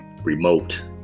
remote